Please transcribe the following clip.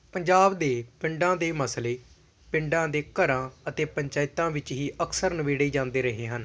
ਪੰਜਾਬ ਦੇ ਪਿੰਡਾਂ ਦੇ ਮਸਲੇ ਪਿੰਡਾਂ ਦੇ ਘਰਾਂ ਅਤੇ ਪੰਚਾਇਤਾਂ ਵਿੱਚ ਹੀ ਅਕਸਰ ਨਿਬੇੜੇ ਜਾਂਦੇ ਰਹੇ ਹਨ